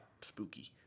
spooky